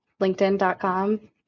linkedin.com